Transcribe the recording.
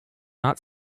not